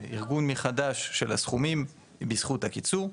בארגון מחדש של הסכומים, בזכות הקיצור,